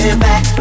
back